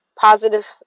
positive